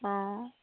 অঁ